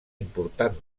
important